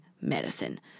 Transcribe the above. medicine